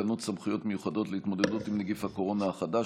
תקנות סמכויות מיוחדות להתמודדות עם נגיף הקורונה החדש